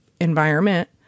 environment